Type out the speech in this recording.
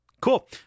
Cool